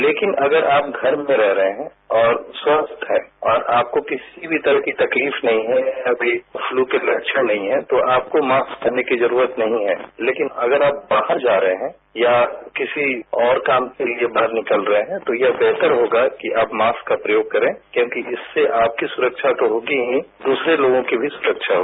लेकिन अगर आप घर में रह रहे हैंऔर स्वस्थ्य हैं और आपको किसी भी तरह की तकलीफ नहीं है या फ्लू के लक्षण नहीं हैं तोआपको मास्क पहनने की जरूरत नहीं है लेकिन अगर आप बाहर जा रहे हैं या किसी और काम केलिए बाहर निकल रहे हैं तो ये बेहतर होगा कि आप मास्क का प्रयोग करें क्योंकि इससे आपकीसुरक्षा होती ही है दूसरे लोगों की भी सुरक्षा हो